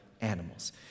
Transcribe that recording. animals